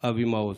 אבי מעוז.